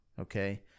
Okay